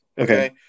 Okay